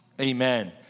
amen